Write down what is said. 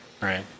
Right